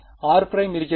ஆனால் r இருக்கிறது